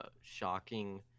shocking